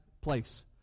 place